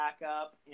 backup